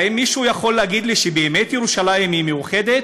האם מישהו יכול להגיד לי שבאמת ירושלים מאוחדת?